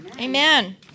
Amen